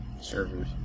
Servers